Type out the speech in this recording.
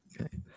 Okay